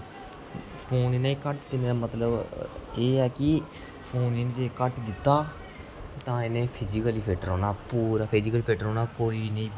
phone इ'नेंगी घट्ट देने दा मतलब एह् ऐ कि फोन इ'नेंगी अगर घट्ट दिता तां इ'नें फिजीकली फिट रौह्ना पूरा फिजीकली फिट रौह्ना कोई नेईं